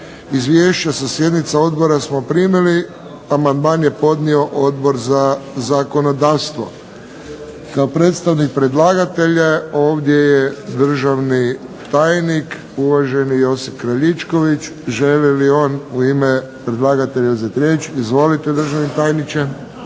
Izvješća sa sjednica odbora smo primili. Amandman je podnio Odbor za zakonodavstvo. Kao predstavnik predlagatelja ovdje je državni tajnik uvaženi Josip Kraljičković. Želi li on u ime predlagatelja uzeti riječ? Izvolite državni tajniče.